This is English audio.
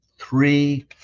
three